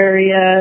Area